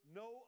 no